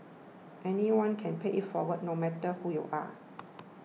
anyone can pay it forward no matter who you are